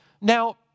Now